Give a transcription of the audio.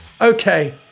Okay